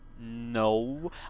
No